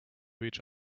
each